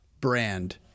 brand